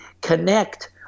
connect